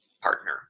partner